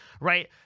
right